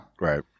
Right